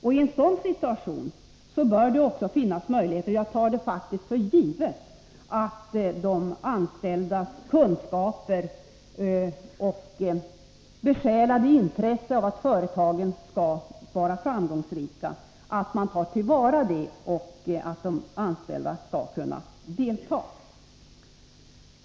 I en sådan situation bör det också finnas möjligheter — det tar jag för givet — att ta till vara de anställdas kunskaper och besjälade intresse av att företagen skall vara framgångsrika och att låta de anställda delta.